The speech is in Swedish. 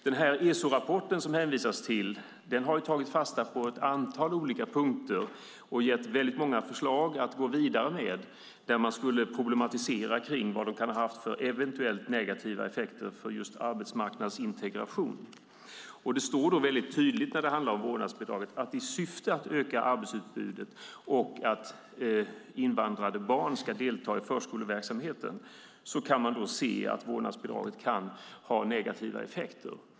I den ESO-rapport som det hänvisas till tar man fasta på ett antal olika punkter. Där finns det många förslag att gå vidare med på områden där man skulle kunna problematisera kring eventuellt negativa effekter avseende just arbetsmarknadsintegration. När det gäller vårdnadsbidraget står det väldigt tydligt att i syfte att öka arbetsutbudet och för att invandrade barn ska delta i förskoleverksamheten kan vårdnadsbidraget, kan man se, ha negativa effekter.